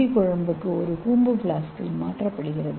B குழம்புக்கு ஒரு கூம்பு பிளாஸ்கில் மாற்றப்படுகிறது